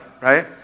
right